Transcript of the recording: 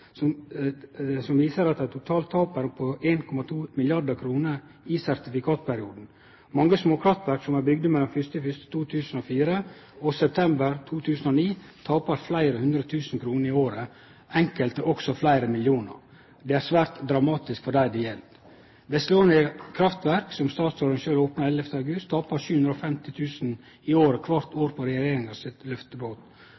som viser at det totale tapet er på 1,2 mrd. kr i sertifikatperioden. Mange småkraftverk som er bygde mellom 1. januar 2004 og september 2009, tapar fleire hundre tusen kroner i året, enkelte også fleire millionar. Det er svært dramatisk for dei det gjeld. Vesleåni kraftverk, som statsråden sjølv opna 11. august 2009, tapar 750 000 kr kvart